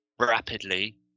rapidly